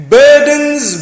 burdens